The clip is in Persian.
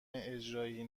اجرایی